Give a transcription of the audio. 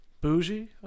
bougie